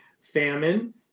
famine